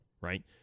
Right